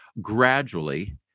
gradually